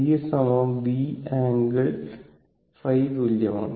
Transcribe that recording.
v V angle ϕ തുല്യമാണ്